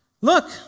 Look